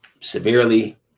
severely